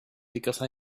because